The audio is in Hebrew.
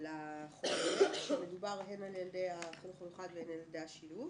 כמענה לצרכיו,